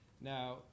Now